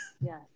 Yes